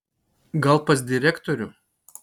gal pas direktorių